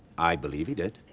i believe he did.